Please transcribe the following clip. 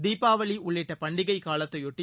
தீபாவளி உள்ளிட்ட பண்டிகை காலத்தையொட்டி